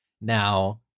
now